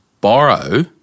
borrow